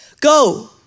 Go